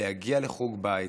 להגיע לחוג בית,